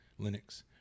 Linux